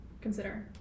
consider